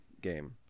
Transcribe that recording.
game